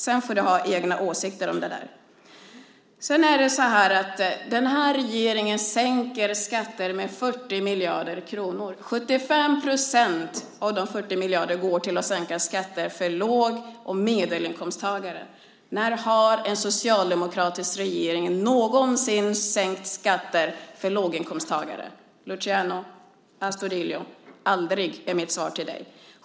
Sedan får du ha egna åsikter om det. Den här regeringen sänker skatter med 40 miljarder kronor. 75 % av de 40 miljarderna går till att sänka skatter för låg och medelinkomsttagare. Har en socialdemokratisk regering någonsin sänkt skatter för låginkomsttagare, Luciano Astudillo? Aldrig! Det är mitt svar till dig.